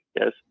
yes